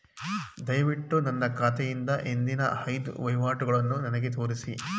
ದಯವಿಟ್ಟು ನನ್ನ ಖಾತೆಯಿಂದ ಹಿಂದಿನ ಐದು ವಹಿವಾಟುಗಳನ್ನು ನನಗೆ ತೋರಿಸಿ